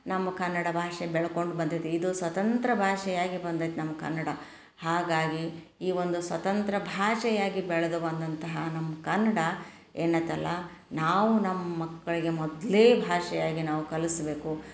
ನಮ್ಮ ಕನ್ನಡ ಭಾಷೆ ಬೆಳ್ಕೊಂಡು ಬಂದೈತೆ ಇದು ಸ್ವತಂತ್ರ ಭಾಷೆಯಾಗಿ ಬಂದೈತೆ ನಮ್ಮ ಕನ್ನಡ ಹಾಗಾಗಿ ಈ ಒಂದು ಸ್ವತಂತ್ರ ಭಾಷೆಯಾಗಿ ಬೆಳದು ಬಂದಂತಹ ನಮ್ಮ ಕನ್ನಡ ಏನು ಐತಲ್ಲ ನಾವು ನಮ್ಮ ಮಕ್ಕಳಿಗೆ ಮೊದ್ಲ್ನೇ ಭಾಷೆಯಾಗಿ ನಾವು ಕಲಿಸ್ಬೇಕು